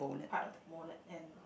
part of the bonnet and